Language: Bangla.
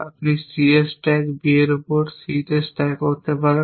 আপনি C এর স্ট্যাক B এর উপর C তে স্ট্যাক করতে পারেন